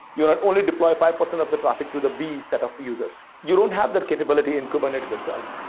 you and only deploy five percent of the traffic through the b set of users. you don't have that capability in kubernetes itself.